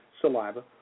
saliva